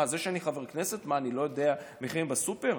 מה, אני חבר כנסת, אז אני לא יודע מחירים בסופר?